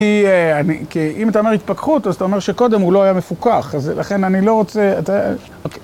כי אם אתה אומר התפקחות, אז אתה אומר שקודם הוא לא היה מפוקח, אז לכן אני לא רוצה...